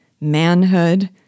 manhood